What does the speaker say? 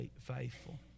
faithful